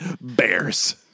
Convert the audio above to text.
Bears